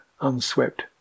unswept